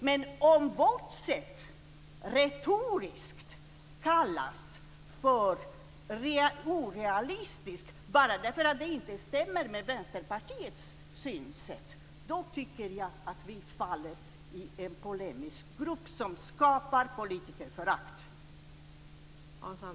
Men om vårt sätt retoriskt kallas för orealistiskt bara därför att det inte stämmer med Vänsterpartiets synsätt tycker jag att vi faller i en polemisk grop som skapar politikerförakt.